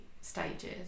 stages